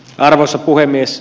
arvoisa puhemies